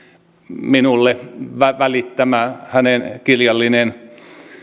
minulle välittämä hänen kirjallinen